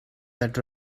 that